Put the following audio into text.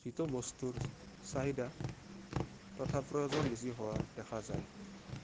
যিটো বস্তুৰ চাহিদা তথা প্ৰয়োজন বেছি হোৱা দেখা যায়